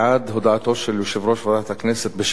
בעד הודעתו של יושב-ראש ועדת הכנסת,